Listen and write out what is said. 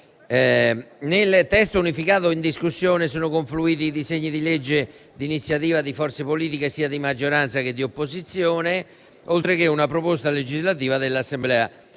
Nel testo unificato in discussione sono confluiti disegni di legge di iniziativa di forze politiche sia di maggioranza che di opposizione, oltre che una proposta legislativa dell'Assemblea